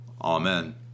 Amen